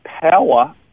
power